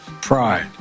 Pride